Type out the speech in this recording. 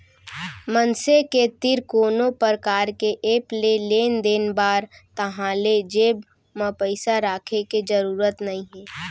मनसे के तीर कोनो परकार के ऐप हे लेन देन बर ताहाँले जेब म पइसा राखे के जरूरत नइ हे